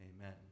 Amen